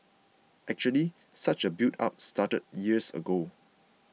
actually such a buildup started years ago